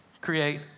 create